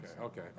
okay